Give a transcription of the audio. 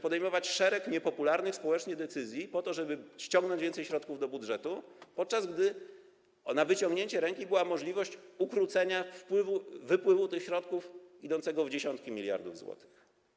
Podejmuje szereg niepopularnych społecznie decyzji, żeby ściągnąć więcej środków do budżetu, podczas gdy na wyciągnięcie ręki była możliwość ukrócenia wypływu tych środków idącego w dziesiątki miliardów złotych.